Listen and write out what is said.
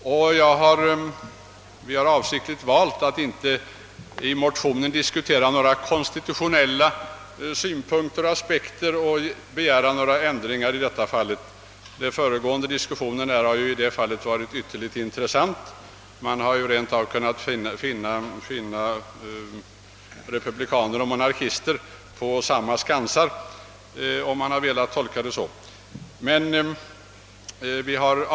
Motionärerna har avsiktligt avstått från att anföra några konstitutionella synpunkter och begära några ändringar i det avseendet — den föregående diskussionen har ju därvidlag varit ytterligt intressant; man har rent av kunnat finna republikaner och monarkister stridande på samma skansar.